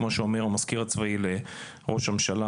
כמו שאומר המזכיר הצבאי לראש הממשלה,